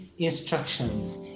instructions